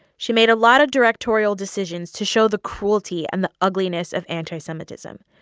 she made a lot of directorial decisions to show the cruelty and the ugliness of anti-semitism.